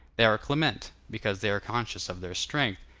they are clement, because they are conscious of their strength,